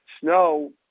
snow